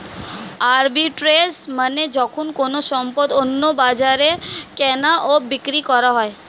arbitrage মানে যখন কোনো সম্পদ অন্য বাজারে কেনা ও বিক্রি করা হয়